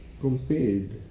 compared